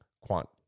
quant